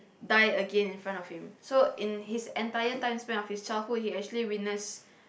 die again in front of him so in his entire time span of his childhood he actually witness